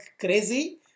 crazy